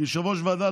כיושב-ראש ועדה,